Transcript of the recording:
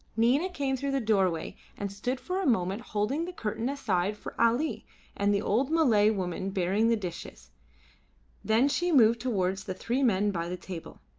nina came through the doorway and stood for a moment holding the curtain aside for ali and the old malay woman bearing the dishes then she moved towards the three men by the table.